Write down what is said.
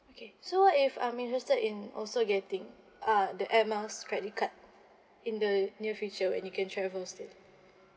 okay so if I'm interested in also getting uh the air miles credit card in the near future when you can travels too